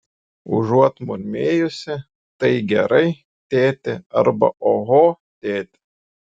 užuot murmėjusi tai gerai tėti arba oho tėti